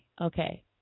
Okay